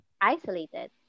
isolated